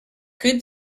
good